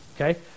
Okay